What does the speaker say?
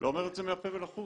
לא אומר את זה מהפה ולחוץ.